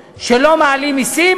שכל הססמאות שלא מעלים מסים,